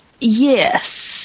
Yes